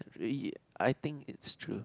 really I think is true